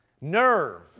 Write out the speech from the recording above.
Nerve